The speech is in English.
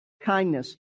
kindness